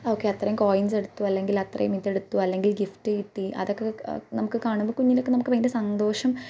okay അത്രയും coins എടുത്തു അല്ലെങ്കിൽ അത്രയും ഇതെടുത്തു അല്ലെങ്കിൽ ഗിഫ്റ്റ് കിട്ടി അതൊക്കെ നമുക്ക് കാണുമ്പോൾ കുഞ്ഞിലൊക്കെ നമുക്ക് ഭയങ്കര സന്തോഷം